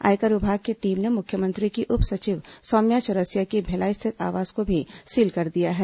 आयकर विभाग की टीम ने मुख्यमंत्री की उप सचिव सौम्या चौरसिया के भिलाई स्थित आवास को भी सील कर दिया है